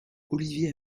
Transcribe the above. olivier